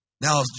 now